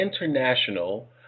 international